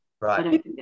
Right